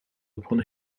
upon